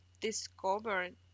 discovered